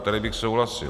Tady bych souhlasil.